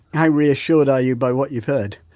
how reassured are you by what you've heard?